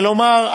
כלומר,